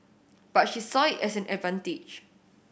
but she saw it as an advantage